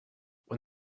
when